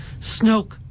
Snoke